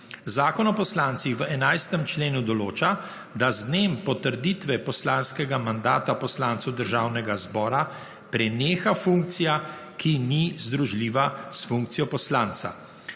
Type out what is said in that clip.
Zakon o poslancih v 11. členu določa, da z dnem potrditve poslanskega mandata poslancu Državnega zbora preneha funkcija, ki ni združljiva s funkcijo poslanca.